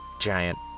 giant